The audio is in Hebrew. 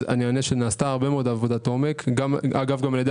נעשתה הרבה מאוד עבודת עומק גם על ידי